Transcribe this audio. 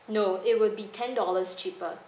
no it would be ten dollars cheaper